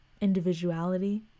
individuality